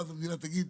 ואז המדינה תגיד,